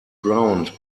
ground